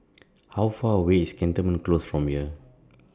How Far away IS Cantonment Close from here